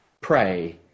pray